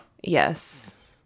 Yes